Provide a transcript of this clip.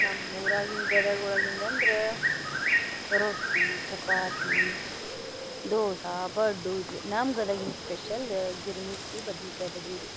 ನಮ್ಮೂರಾಗಿಂದ ಗದಗ ಒಳಗಿಂದ ಅಂದ್ರೆ ರೊಟ್ಟಿ ಚಪಾತಿ ದೋಸೆ ಪಡ್ಡು ಇಡ್ಲಿ ನಮ್ಮ ಗದಗ್ಗಿನ ಸ್ಪೆಷಲ್ಲ ಗಿರ್ಮಿಟ್ಟಿ ಬದ್ನಿಕಾಯಿ ಬಜ್ಜಿ ರೀ